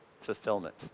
fulfillment